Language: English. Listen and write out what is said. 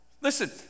Listen